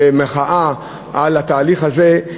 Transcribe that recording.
ואת המחאה על התהליך הזה,